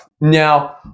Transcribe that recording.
Now